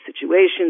situations